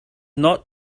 not